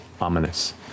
ominous